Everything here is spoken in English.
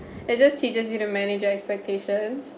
it just teaches you to manage your expectations